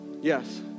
yes